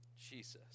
Jesus